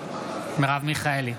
מיכאלי,